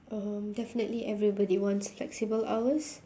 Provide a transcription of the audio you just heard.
um definitely everybody wants flexible hours